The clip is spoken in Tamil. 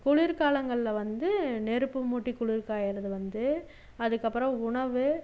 குளிர் காலங்கள்ல வந்து நெருப்பு மூட்டி குளிர் காயுறது வந்து அதுக்கப்புறம் உணவு